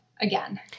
Again